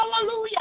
hallelujah